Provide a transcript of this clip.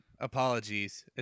Apologies